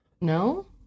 No